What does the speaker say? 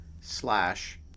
slash